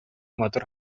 матур